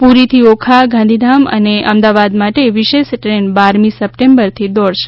પૂરીથી ઓખા ગાંધીધામ અને અમદાવાદ માટે વિશેષ ટ્રેન બારમી સપ્ટેમ્બરથી દોડશે